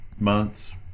months